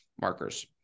markers